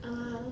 err